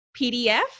PDF